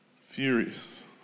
Furious